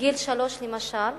בגיל שלוש, למשל,